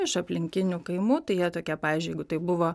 iš aplinkinių kaimų tai jie tokie pavyzdžiui jeigu tai buvo